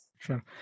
Sure